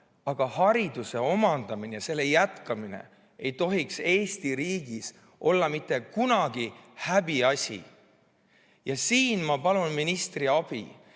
Aga hariduse omandamine ja selle jätkamine ei tohiks Eesti riigis mitte kunagi olla häbiasi. Siin ma palun ministri abi.